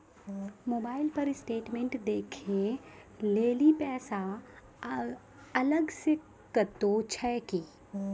Mobile पर statement देखे लेली पैसा अलग से कतो छै की?